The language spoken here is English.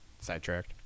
Sidetracked